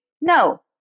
No